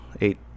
eight